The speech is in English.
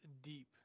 deep